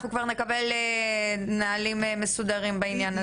אנחנו כבר נקבל נהלים מסודרים בעניין הזה.